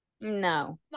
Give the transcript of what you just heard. No